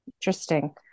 interesting